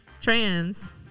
trans